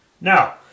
Now